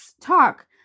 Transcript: talk